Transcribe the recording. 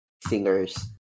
singers